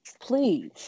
Please